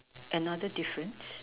another difference